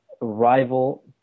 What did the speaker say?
rival